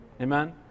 Amen